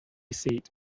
seat